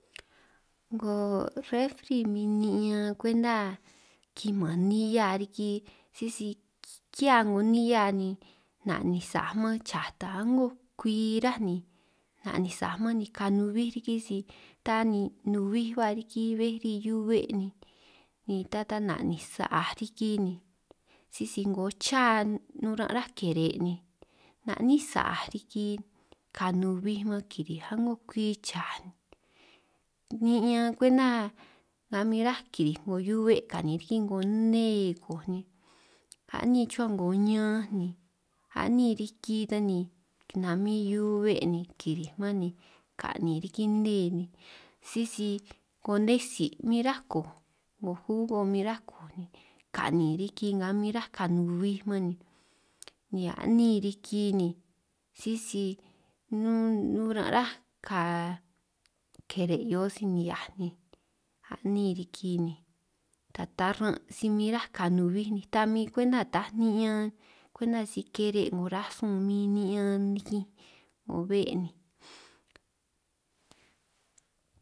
'Ngo refri min niñan kwenta kiman nihia riki sisi ki'hiá 'ngo nihia ni na'ninj sa'a man cha ta a'ngo kwi ráj ni, na'nin' sa'aj man ni ka nubij riki si ta ni nubij ba riki bej ri hiu'be' ni ta ta na'ninj sa'aj riki ni, sisi 'ngo chaa nun aran' rubaj kere' ni na'ninj sa'aj riki ka nubij man kirij a'ngo kwi chaj, ni'ñan kwenta ka min ráj kirij 'ngo hiu'be' ka'nin riki 'ngo nne kooj ni ka'nin chuhua 'ngo ñanj ni, a'nin riki ta ni namin hiu'be' ni kirij man ni ka'nin riki nne ni, sisi 'ngo nne tsi' min ráj kooj 'ngo jugo min ráj kooj ni kanin riki nga min ráj ka nubij man ni, ni a'nín riki ni sisi nun aran' ráj ka kere' hio si nihiaj ni a'nin riki ni, ta taran' si min ráj ka nubij ni ta min kwenta taj ni'ñan kwenta si kere' 'ngo rasun min ni'ñan nikinj 'ngo be' ni.